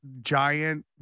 giant